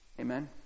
Amen